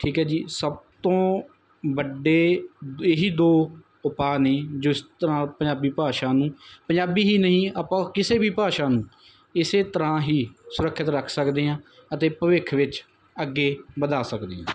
ਠੀਕ ਹੈ ਜੀ ਸਭ ਤੋਂ ਵੱਡੇ ਇਹੀ ਦੋ ਉਪਾਅ ਨੇ ਜਿਸ ਤਰ੍ਹਾਂ ਪੰਜਾਬੀ ਭਾਸ਼ਾ ਨੂੰ ਪੰਜਾਬੀ ਹੀ ਨਹੀਂ ਆਪਾਂ ਕਿਸੇ ਵੀ ਭਾਸ਼ਾ ਨੂੰ ਇਸੇ ਤਰ੍ਹਾਂ ਹੀ ਸੁਰੱਖਿਅਤ ਰੱਖ ਸਕਦੇ ਹਾਂ ਅਤੇ ਭਵਿੱਖ ਵਿੱਚ ਅੱਗੇ ਵਧਾ ਸਕਦੇ ਹਾਂ